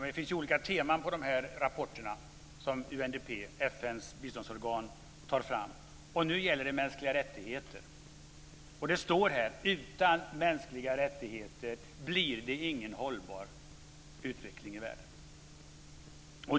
Det finns olika teman i rapporterna som UNDP, FN:s biståndsorgan, tar fram. Nu gäller det mänskliga rättigheter. Det står där att utan mänskliga rättigheter blir det ingen hållbar utveckling i världen.